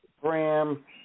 Gram